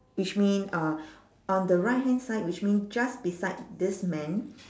which mean uh on the right hand side which mean just beside this man